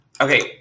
Okay